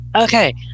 Okay